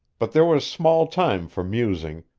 but there was small time for musing,